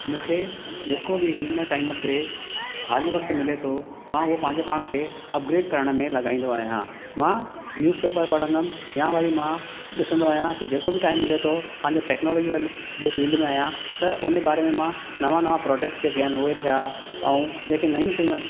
मूंखे जेको बि हिन टाइम ते खाली वक़्तु मिले थो मां उहो पंहिंजे पाण खे अपग्रेट करण में लगाईंदो आहियां मां न्यूज़पेपर पढ़ंदुमि या वरी मां ॾिसंदो आहियां जेको बि टाइम मिले थो पंहिंजी टेक्नोलॉजी वर्ल्ड जे फील्ड में आहियां त हुन बारे में नवां नवां प्रॉडक्ट्स जेके आहिनि उहे थिया ऐं जेके नयूं शयूं